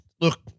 look